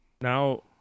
now